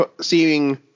seeing